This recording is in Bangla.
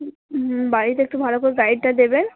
বাড়িতে একটু ভালো করে গাইডটা দেবেন